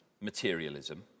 materialism